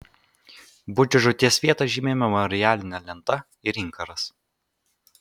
budžio žūties vietą žymi memorialinė lenta ir inkaras